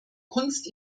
kunst